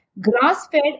grass-fed